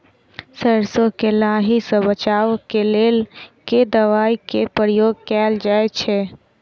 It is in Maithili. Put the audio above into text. सैरसो केँ लाही सऽ बचाब केँ लेल केँ दवाई केँ प्रयोग कैल जाएँ छैय?